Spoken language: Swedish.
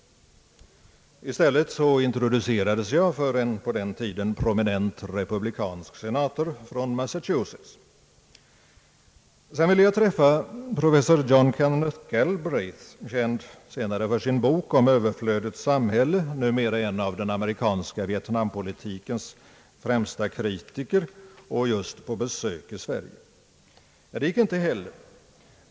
I stället introducerades jag för en på den tiden prominent republikansk senator från Massachusetts, Sedan ville jag träffa professor John Kenneth Galbraith, senare känd för sin bok om Överflödets samhälle; numera en av den amerikanska Vietnam-politikens främsta kritiker och just på besök i Sverige. Det gick inte heller.